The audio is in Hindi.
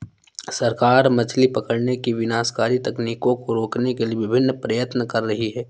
सरकार मछली पकड़ने की विनाशकारी तकनीकों को रोकने के लिए विभिन्न प्रयत्न कर रही है